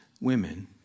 women